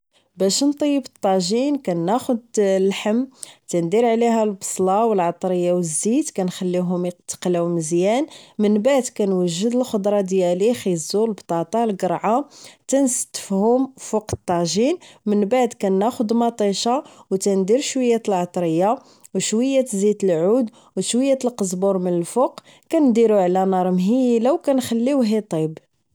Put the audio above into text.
باش نطيب طجين ناخد اللحم تندير عليها البصلة و العطرية و الزيت كنخليوهم اتقلاو مزيان من بعد كنوجد الخضرة ديالي خيزو البطاطا الكرعة تنستفهم فوق الطاجين من بعد كناخد مطيشة و تندير شوية العطرية و شوية زيت العود و شوية القزبور من الفوق كنديروه على نار مهيلة و كنخليوه اطيب